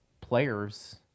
players